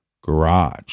garage